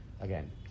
again